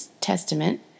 Testament